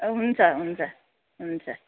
ए हुन्छ हुन्छ हुन्छ